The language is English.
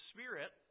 Spirit